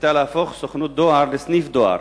מחליטה להפוך סוכנות דואר לסניף דואר?